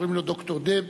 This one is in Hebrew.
קוראים לו ד"ר דיב,